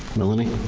melanie?